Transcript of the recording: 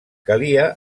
calia